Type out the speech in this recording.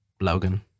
Logan